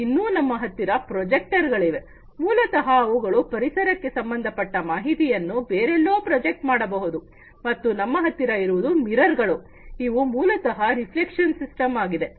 ಇನ್ನು ನಮ್ಮ ಹತ್ತಿರ ಪ್ರೊಜೆಕ್ಟರ್ ಗಳಿವೆ ಮೂಲತಃ ಅವುಗಳು ಪರಿಸರಕ್ಕೆ ಸಂಬಂಧಪಟ್ಟ ಮಾಹಿತಿಯನ್ನು ಬೇರೆಲ್ಲೋ ಪ್ರೊಜೆಕ್ಟ್ ಮಾಡಬಹುದು ಮತ್ತು ನಮ್ಮ ಹತ್ತಿರ ಇರುವುದು ಮಿರರ್ಗಳು ಇವು ಮೂಲತಃ ರಿಫ್ಲೆಕ್ಷನ್ ಸಿಸ್ಟಮ್ ಆಗಿದೆ